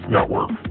Network